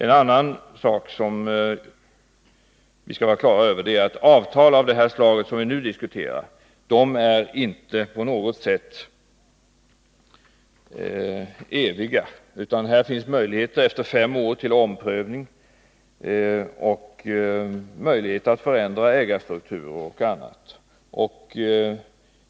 En annan sak som vi skall vara klara över är att avtal av det slag vi nu diskuterar inte på något sätt är eviga. Efter fem år finns möjlighet att ompröva och möjlighet att förändra ägarstrukturer och annat.